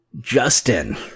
Justin